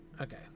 okay